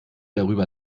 darüber